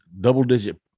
double-digit